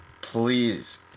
please